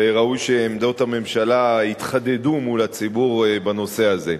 וראוי שעמדות הממשלה יתחדדו מול הציבור בנושא הזה.